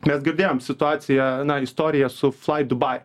mes girdėjom situaciją istoriją su flydubai